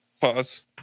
Pause